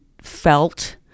felt